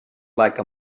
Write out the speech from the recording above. like